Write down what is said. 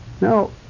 Now